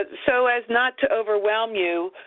so as not to overwhelm you,